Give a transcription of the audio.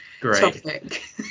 Great